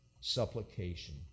supplication